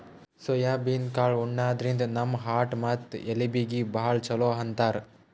soybean ಕಾಳ್ ಉಣಾದ್ರಿನ್ದ ನಮ್ ಹಾರ್ಟ್ ಮತ್ತ್ ಎಲಬೀಗಿ ಭಾಳ್ ಛಲೋ ಅಂತಾರ್